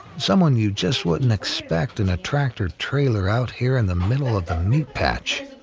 someone you just wouldn't expect in a tractor-trailer out here in the middle of the meat patch.